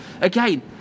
Again